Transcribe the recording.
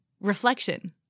reflection